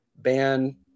ban